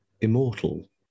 immortal